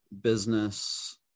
business